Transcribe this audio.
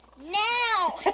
now!